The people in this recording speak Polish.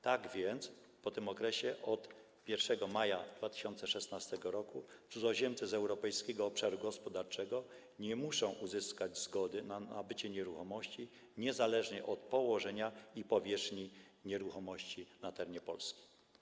Tak więc po tym okresie, od 1 maja 2016 r. cudzoziemcy z Europejskiego Obszaru Gospodarczego nie muszą uzyskiwać zgody na nabycie nieruchomości, niezależnie od położenia i powierzchni nieruchomości, na terenie Polski.